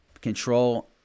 control